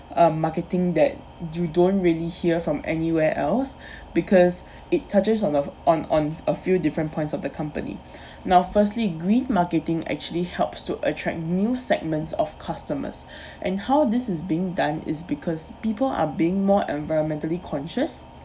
um marketing that you don't really hear from anywhere else because it touches on the f~ on on a few different points of the company now firstly green marketing actually helps to attract new segments of customers and how this is being done is because people are being more environmentally conscious